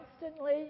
constantly